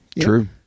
True